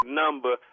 number